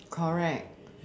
correct